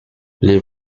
les